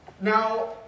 now